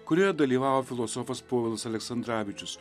kurioje dalyvavo filosofas povilas aleksandravičius